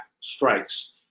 strikes